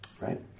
right